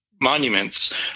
monuments